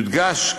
יודגש,